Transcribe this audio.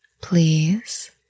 please